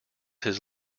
his